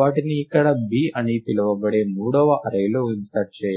వాటిని ఇక్కడ b అని పిలువబడే మూడవ అర్రే లోకి ఇన్సర్ట్ చేయడం